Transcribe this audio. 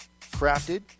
Crafted